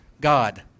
God